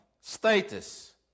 status